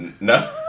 No